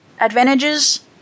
Advantages